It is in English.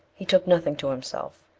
he took nothing to himself.